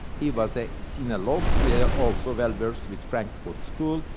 he was a sinologue, yeah also well versed with frankfurt school,